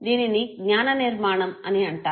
దీనిని జ్ఞాన నిర్మాణం అని అంటారు